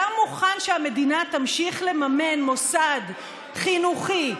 אתה מוכן שהמדינה תמשיך לממן מוסד חינוכי,